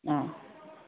ꯑ